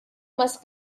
más